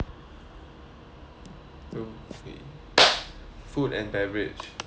two three food and beverage